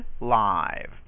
live